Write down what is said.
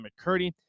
McCurdy